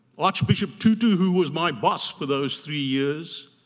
arch bishop tutu, who was my boss for those three years,